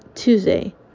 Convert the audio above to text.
tuesday